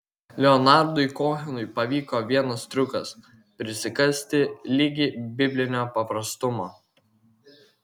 leonardui kohenui pavyko vienas triukas prisikasti ligi biblinio paprastumo